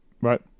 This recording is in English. right